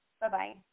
Bye-bye